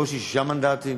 בקושי שישה מנדטים,